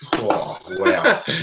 Wow